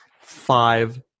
five